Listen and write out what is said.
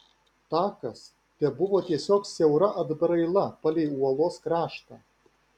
takas tebuvo tiesiog siaura atbraila palei uolos kraštą